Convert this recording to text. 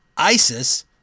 ISIS